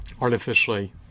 artificially